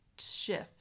shift